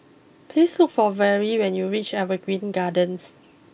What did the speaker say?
please look for Verle when you reach Evergreen Gardens